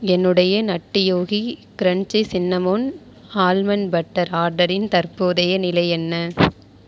என்னுடைய nutty Yogi crunchy cinnamon almond butter ஆர்டரின் தற்போதைய நிலை என்ன